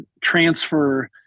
transfer